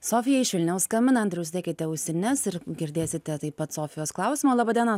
sofija iš vilniaus skambina andriau užsidėkite ausines ir girdėsite taip pat sofijos klausimą laba diena